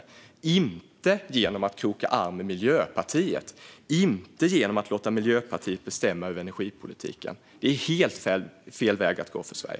Det gör vi inte genom att kroka arm med Miljöpartiet eller låta Miljöpartiet bestämma över energipolitiken. Det är helt fel väg att gå för Sverige.